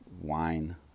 wine